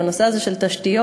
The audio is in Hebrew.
בנושא הזה של תשתיות,